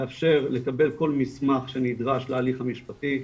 מאפשר לקבל כל מסמך שנדרש להליך המשפטי,